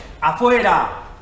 afuera